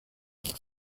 brom